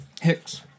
Hicks